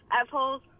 F-holes